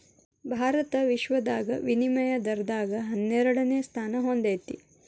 ಭಾರತ ವಿಶ್ವದಾಗ ವಿನಿಮಯ ದರದಾಗ ಹನ್ನೆರಡನೆ ಸ್ಥಾನಾ ಹೊಂದೇತಿ